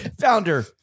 founder